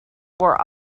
were